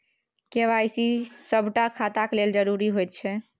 KYC सभटा खाताक लेल जरुरी होइत छै